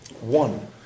One